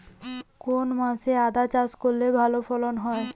কোন মাসে আদা চাষ করলে ভালো ফলন হয়?